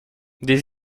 des